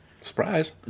Surprise